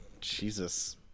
Jesus